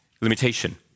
limitation